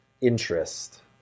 interest